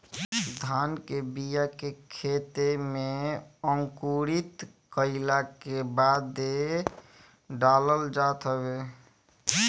धान के बिया के खेते में अंकुरित कईला के बादे डालल जात हवे